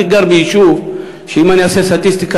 אני גר ביישוב שאם אני עושה סטטיסטיקה,